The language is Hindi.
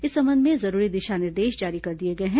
इस संबंध में जरूरी दिशा निर्देश जारी कर दिए गए हैं